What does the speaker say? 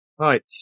Right